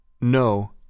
No